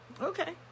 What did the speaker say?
Okay